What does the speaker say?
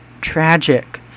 tragic